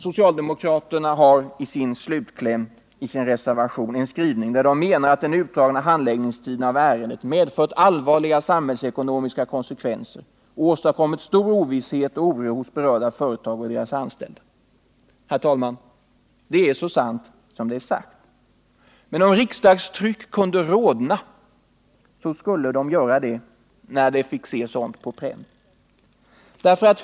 Socialdemokraterna har i slutklämmen i sin reservation en skrivning där de menar att den utdragna handläggningstiden när det gäller detta ärende medför allvarliga samhällsekonomiska konsekvenser och har åstadkommit stor ovisshet och oro hos berörda företag och deras anställda. Herr talman! Det är så sant som det är sagt. Men om riksdagstryck kunde rodna skulle det göra det när det fick sådant på pränt.